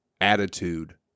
attitude